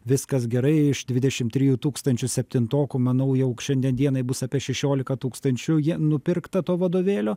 viskas gerai iš dvidešim trijų tūkstančių septintokų manau jog šiandien dienai bus apie šešiolika tūkstančių jie nupirkta to vadovėlio